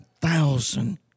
thousand